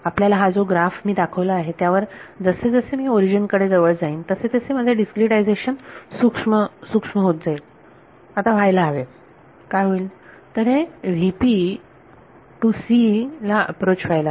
आपल्याला हा जो ग्राफ मी दाखवला आहे त्यावर जसे जसे मी ओरिजिन कडे जवळ जाईन तसे तसे माझे डीस्क्रीटायझेशन सूक्ष्म होत जाईल आता व्हायला हवे काय होईल तर हे टु c ला अॅप्रोच व्हायला हवे